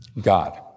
God